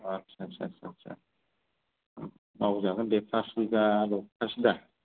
आस्सा आस्सा आस्सा मावजागोन दे पास बिगा पास बिगा